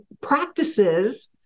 practices